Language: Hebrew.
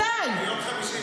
ביום חמישי.